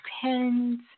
pens